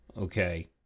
Okay